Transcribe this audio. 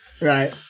Right